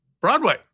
Broadway